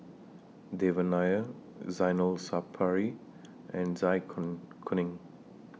Devan Nair Zainal Sapari and Zai Kun Kuning